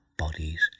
bodies